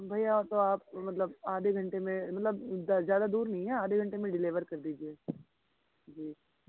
भैया तो आप मतलब आधे घंटे में मतलब ज़्यादा दूर नहीं है आधे घंटे में डिलीवर कर दीजिए जी